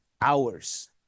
hours